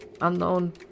unknown